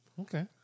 Okay